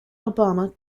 obama